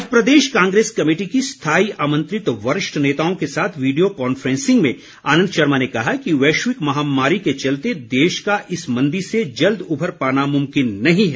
आज प्रदेश कांग्रेस कमेटी की स्थायी आमंत्रित वरिष्ठ नेताओं के साथ वीडियो कॉन्फ्रेंसिंग में आनन्द शर्मा ने कहा कि वैश्विक महामारी के चलते देश का इस मंदी से जल्द उभर पाना मुमकिन नहीं है